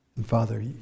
Father